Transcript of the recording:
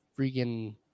freaking